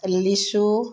লিচু